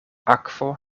akvo